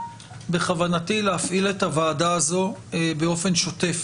בכוונתי להפעיל את הוועדה הזו באופן שוטף.